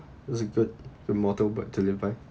it's a good a motto to live by